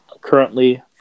Currently